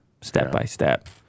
step-by-step